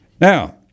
Now